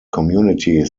community